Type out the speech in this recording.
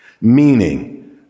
Meaning